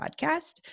podcast